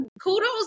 Kudos